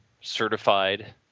certified